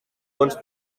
fonts